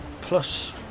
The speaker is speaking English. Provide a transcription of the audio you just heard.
plus